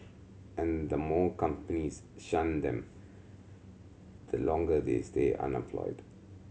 and the more companies shun them the longer they stay unemployed